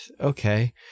okay